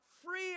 free